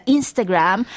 Instagram